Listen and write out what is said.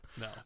No